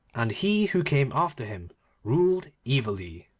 and he who came after him ruled evilly.